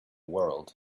world